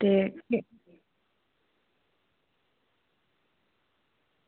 ते